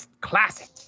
classic